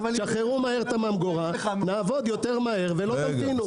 שחררו מהר את הממגורה - נעבוד יותר מהר ולא ימתינו.